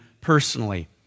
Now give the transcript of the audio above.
personally